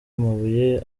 amabuye